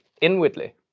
inwardly